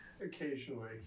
Occasionally